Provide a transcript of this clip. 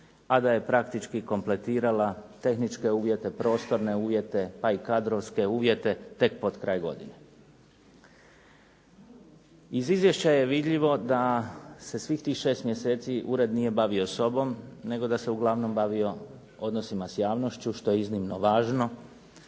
a da je praktički kompletirala tehničke uvjete, prostorne uvjete, pa i kadrovske uvjete tek potkraj godine. Iz izvješća je vidljivo da se svih tih 6 mjeseci ured nije bavio sa sobom, nego da se uglavnom bavio odnosima s javnošću što je iznimno važno,